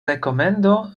rekomendo